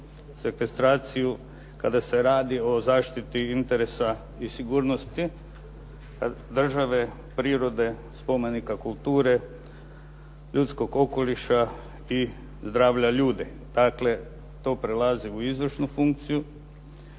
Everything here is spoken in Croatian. stvari … kada se radi o zaštiti interesa i sigurnosti države, prirode, spomenika kulture, ljudskog okoliša i zdravlja ljudi. Dakle, to prelazi u izvršnu funkciju.